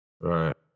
Right